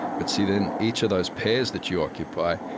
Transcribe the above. but see, then each of those pairs that you occupy,